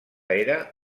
era